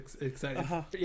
exciting